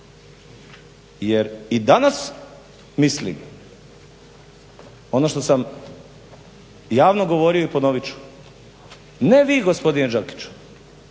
Jer i danas mislim ono što sam javno govorio i ponovit ću, ne vi gospodine Đakiću,